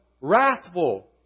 wrathful